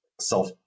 self-